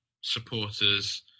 supporters